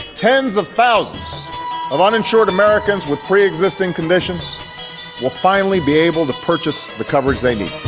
tens of thousands of uninsured americans with pre-existing conditions will finally be able to purchase the coverage they need.